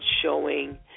showing